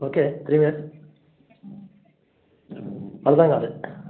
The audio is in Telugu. ఓకే అర్థం కాలేదు